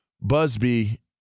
Busby